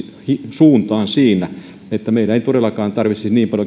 suuntaan että meidän ei todellakaan tarvitsisi niin